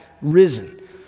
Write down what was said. risen